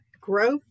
growth